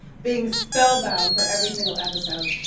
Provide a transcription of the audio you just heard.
being spellbound for every single episode.